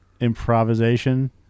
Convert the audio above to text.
improvisation